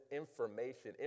information